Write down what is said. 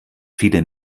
viele